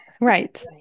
Right